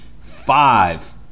five